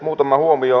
muutama huomio